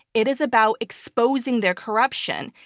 it is about exposing their corruption.